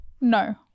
no